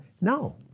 no